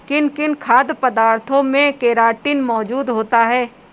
किन किन खाद्य पदार्थों में केराटिन मोजूद होता है?